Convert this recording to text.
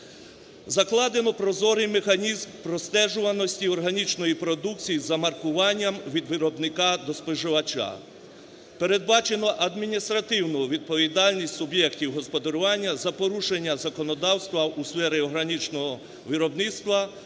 закладено прозорий механізм простежуваності органічної продукції за маркуванням від виробника до споживача; передбачено адміністративну відповідальність суб'єктів господарювання за порушення законодавства у сфері органічного виробництва,